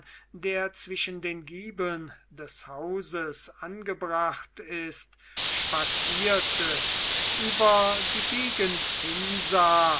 der zwischen den giebeln des hauses angebracht ist spazierte über die gegend hinsah